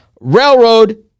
Railroad